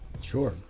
Sure